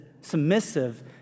submissive